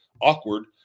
awkward